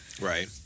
Right